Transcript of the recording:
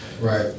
Right